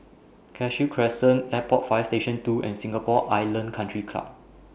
Cashew Crescent Airport Fire Station two and Singapore Island Country Club